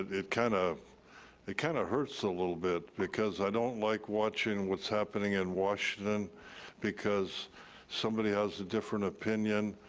it it kind of kind of hurts a little bit, because i don't like watching what's happening in washington because somebody has a different opinion,